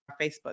Facebook